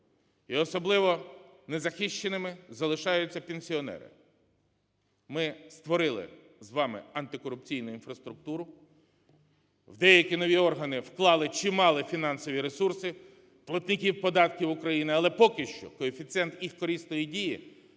і особливо незахищеними залишаються пенсіонери. Ми створили з вами антикорупційну інфраструктуру. В деякі нові органи вклали чималі фінансові ресурси платників податків України. Але поки що коефіцієнт їх корисної дії